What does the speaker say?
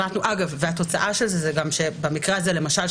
התוצאה היא שגם במקרה הזה למשל,